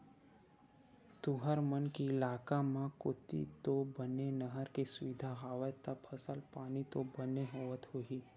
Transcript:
तुंहर मन के इलाका मन कोती तो बने नहर के सुबिधा हवय ता फसल पानी तो बने होवत होही?